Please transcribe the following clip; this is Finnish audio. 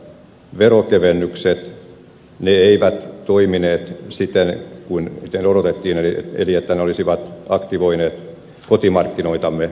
ne eivät toimineet siten kuin odotettiin eli niin että ne olisivat aktivoineet kotimarkkinoitamme